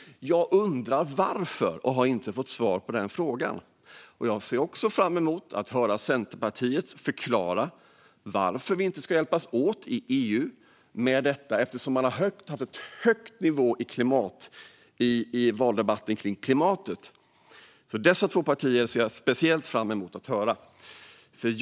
Jag har inte fått svar på det. Jag ser också fram emot att höra Centerpartiet förklara varför vi inte ska hjälpas åt med detta i EU. De har haft ett högt tonläge i valdebatten när det gäller klimatet. Jag ser speciellt fram emot att höra vad dessa två partier ska säga.